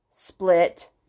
split